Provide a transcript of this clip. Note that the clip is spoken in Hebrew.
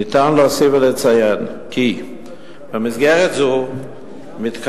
ניתן להוסיף ולציין כי במסגרת זו מתקיימות